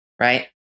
right